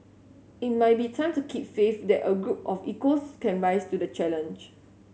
it might be time to keep faith that a group of equals can rise to the challenge